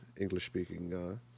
English-speaking